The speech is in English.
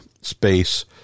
space